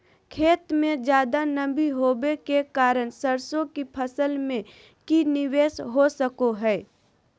खेत में ज्यादा नमी होबे के कारण सरसों की फसल में की निवेस हो सको हय?